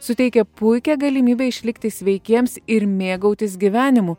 suteikia puikią galimybę išlikti sveikiems ir mėgautis gyvenimu